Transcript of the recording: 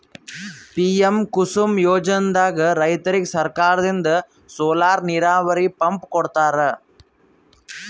PM Kusum ಯೋಜನೆದಾಗ್ ರೈತರಿಗ್ ಸರ್ಕಾರದಿಂದ್ ಸೋಲಾರ್ ನೀರಾವರಿ ಪಂಪ್ ಕೊಡ್ತಾರ